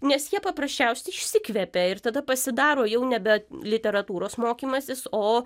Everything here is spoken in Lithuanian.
nes jie paprasčiausia išsikvepia ir tada pasidaro jau nebe literatūros mokymasis o